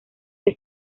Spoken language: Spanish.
que